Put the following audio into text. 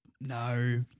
No